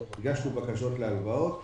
בקשות להלוואות.